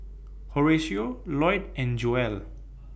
Horacio Loyd and Joelle